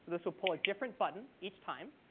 this will pull a different button each time.